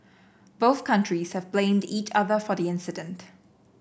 both countries have blamed each other for the incident